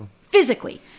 Physically